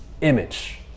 image